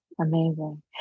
amazing